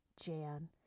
Jan